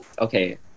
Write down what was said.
okay